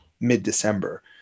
mid-December